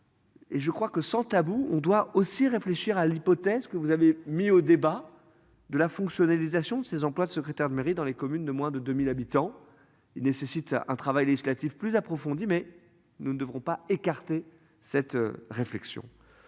Et je crois que sans tabou, on doit aussi réfléchir à l'hypothèse que vous avez mis au débat de la fonctionner actions ses employes secrétaire de mairie dans les communes de moins de 2000 habitants. Il nécessite un travail législatif plus approfondi, mais nous ne devons pas écarter cette réflexion